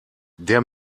der